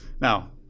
now